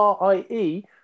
RIE